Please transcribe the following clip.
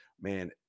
Man